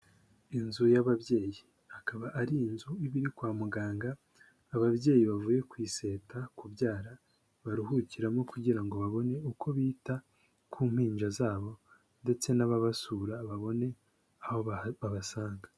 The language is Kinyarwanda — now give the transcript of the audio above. Inzu y'ababyeyi. Akaba ari inzu iba iri kwa muganga, ababyeyi bavuye ku iseta kubyara baruhukiramo kugira ngo babone uko bita ku mpinja zabo, ndetse n'ababasura babone aho babasanga.